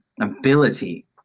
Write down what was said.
ability